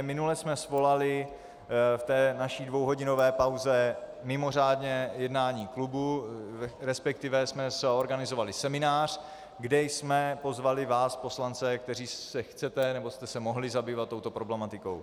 Minule jsme svolali v té naší dvouhodinové pauze mimořádně jednání klubu, resp. jsme zorganizovali seminář, kde jsme pozvali vás poslance, kteří se chcete nebo jste se mohli zabývat touto problematikou.